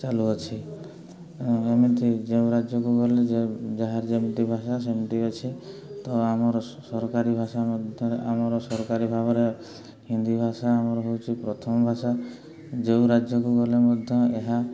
ଚାଲୁଅଛି ଏମିତି ଯେଉଁ ରାଜ୍ୟକୁ ଗଲେ ଯେ ଯାହାର ଯେମିତି ଭାଷା ସେମିତି ଅଛି ତ ଆମର ସରକାରୀ ଭାଷା ମଧ୍ୟରେ ଆମର ସରକାରୀ ଭାବରେ ହିନ୍ଦୀ ଭାଷା ଆମର ହେଉଛି ପ୍ରଥମ ଭାଷା ଯେଉଁ ରାଜ୍ୟକୁ ଗଲେ ମଧ୍ୟ ଏହା